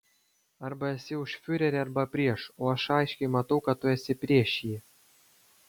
arba esi už fiurerį arba prieš o aš aiškiai matau kad tu esi prieš jį